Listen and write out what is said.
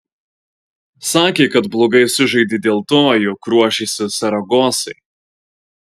sakė kad blogai sužaidė dėl to jog ruošėsi saragosai